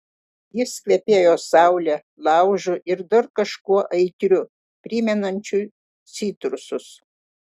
jis kvepėjo saule laužu ir dar kažkuo aitriu primenančiu citrusus